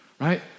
right